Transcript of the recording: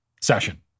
session